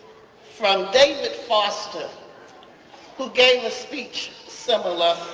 from david foster who gave a speech similar